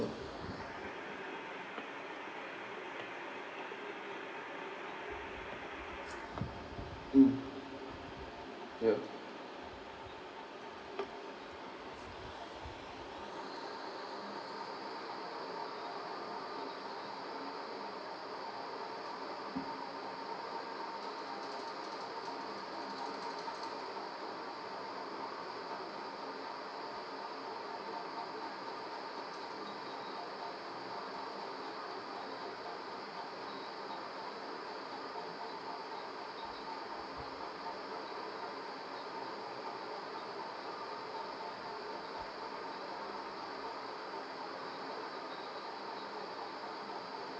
mm yeah